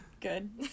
Good